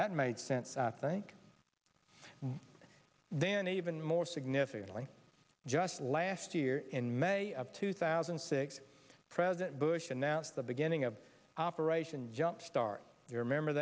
that makes sense i think then even more significantly just last year in may of two thousand and six president bush announced the beginning of operation jump start your remember